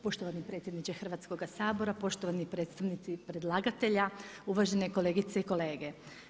Poštovani predsjedniče Hrvatskoga sabora, poštovani predstavnici predlagatelja, uvažene kolegice i kolege.